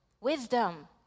wisdom